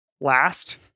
last